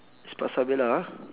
it's pasarbella ah